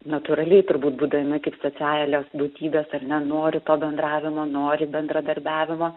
natūraliai turbūt būdami kaip socialios būtybės ar ne nori to bendravimo nori bendradarbiavimo